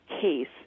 case